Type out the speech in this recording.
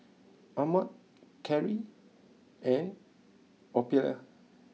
Ahmed Callie and Ophelia